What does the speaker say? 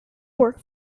work